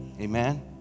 Amen